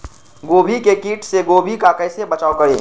गोभी के किट से गोभी का कैसे बचाव करें?